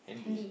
handy